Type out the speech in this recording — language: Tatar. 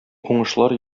уңышлар